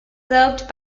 served